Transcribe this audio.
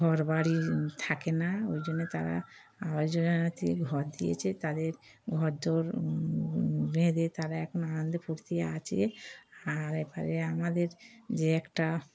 ঘরবাড়ি থাকে না ওই জন্যে তারা আবাস যোজনাতে ঘর দিয়েছে তাদের ঘরদোর বেঁধে তারা এখন আনন্দে ফুর্তি আছে আর এরপরে আমাদের যে একটা